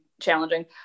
challenging